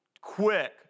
quick